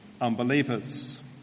unbelievers